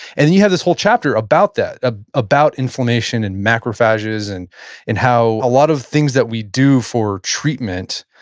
and and you have this whole chapter about that, ah about inflammation and macrophages, and and how a lot of things that we do for treatment,